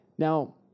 Now